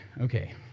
okay